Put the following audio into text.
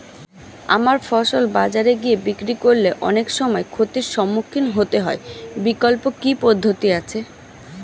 আমার ফসল বাজারে গিয়ে বিক্রি করলে অনেক সময় ক্ষতির সম্মুখীন হতে হয় বিকল্প কি পদ্ধতি আছে?